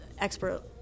expert